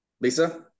lisa